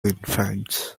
infants